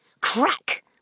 Crack